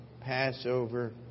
Passover